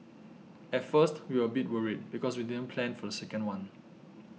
at first we were a bit worried because we didn't plan for the second one